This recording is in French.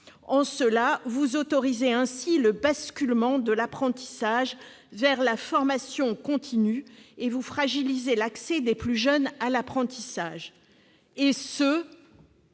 Vous autorisez ainsi le basculement de l'apprentissage vers la formation continue et fragilisez l'accès des plus jeunes à l'apprentissage, et ce